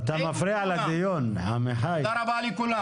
הכל בסדר.